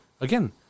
again